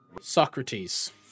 Socrates